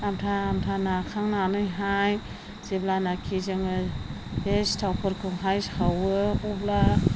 आमथा आमथा नाखांनानैहाय जेब्लानाखि जोङो बे सिथावफोरखौहाय सावो अब्ला